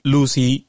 Lucy